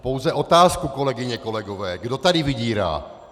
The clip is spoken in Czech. Pouze otázku, kolegyně a kolegové: Kdo tady vydírá?